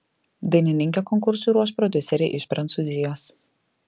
dainininkę konkursui ruoš prodiuseriai iš prancūzijos